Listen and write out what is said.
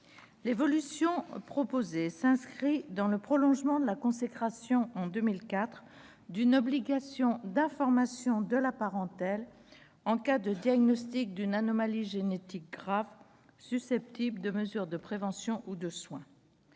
L'évolution proposée s'inscrit dans le prolongement de la consécration, en 2004, d'une obligation d'information de la parentèle en cas de diagnostic d'une anomalie génétique grave susceptible de mesures de prévention ou de soins.